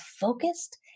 focused